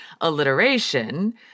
alliteration